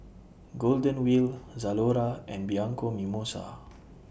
Golden Wheel Zalora and Bianco Mimosa